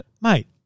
Mate